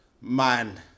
Man